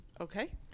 Okay